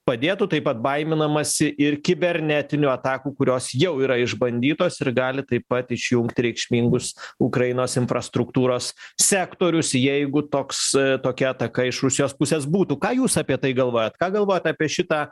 padėtų taip pat baiminamasi ir kibernetinių atakų kurios jau yra išbandytos ir gali taip pat išjungti reikšmingus ukrainos infrastruktūros sektorius jeigu toks tokia ataka iš rusijos pusės būtų ką jūs apie tai galvojat ką galvojat apie šitą